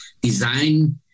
Design